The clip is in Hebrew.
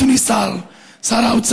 אדוני שר האוצר,